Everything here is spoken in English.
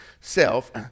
self